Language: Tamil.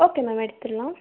ஓகே மேம் எடுத்துடலாம்